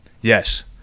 Yes